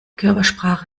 körpersprache